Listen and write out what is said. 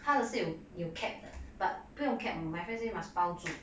他的是有有 cap 的 but 不用 cap my friend say must 包住